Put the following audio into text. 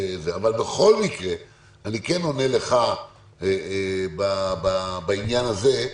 אבל בכל מקרה אני כן עונה לך בעניין הזה,